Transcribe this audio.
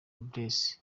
bless